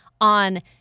on